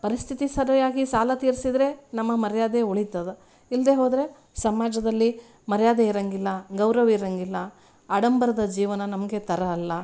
ಪರಿಸ್ಥಿತಿ ಸರಿಯಾಗಿ ಸಾಲ ತೀರಿಸಿದ್ರೆ ನಮ್ಮ ಮರ್ಯಾದೆ ಉಳಿತದೆ ಇಲ್ದೆ ಹೋದರೆ ಸಮಾಜದಲ್ಲಿ ಮರ್ಯಾದೆ ಇರಂಗಿಲ್ಲ ಗೌರವ ಇರಂಗಿಲ್ಲ ಆಡಂಬರದ ಜೀವನ ನಮಗೆ ತರ ಅಲ್ಲ